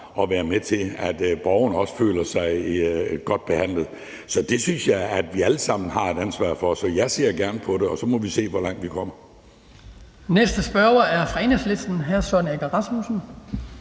at sørge for, at borgerne også føler sig godt behandlet. Det synes jeg vi alle sammen har et ansvar for, så jeg ser gerne på det, og så må vi se, hvor langt vi kommer.